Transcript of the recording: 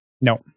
No